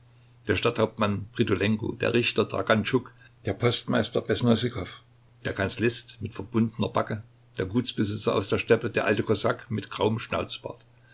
der stadthauptmann pritulenko der richter dragantschuk der postmeister besnossikow der kanzlist mit verbundener backe der gutsbesitzer aus der steppe der alte kosak mit grauem schnauzbart